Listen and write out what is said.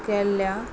केल्ल्या